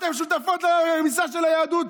אתן שותפות לרמיסה של היהדות,